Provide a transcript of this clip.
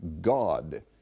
God